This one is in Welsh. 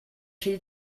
rhy